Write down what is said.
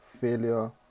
failure